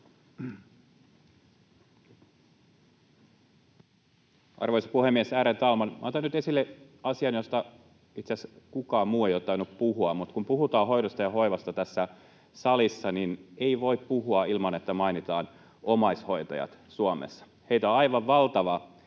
Arvoisa puhemies, ärade talman! Minä otan nyt esille asian, josta itse asiassa kukaan muu ei ole tainnut puhua. Kun puhutaan hoidosta ja hoivasta tässä salissa, siitä ei voi puhua ilman, että mainitaan omaishoitajat Suomessa. Heitä on aivan valtava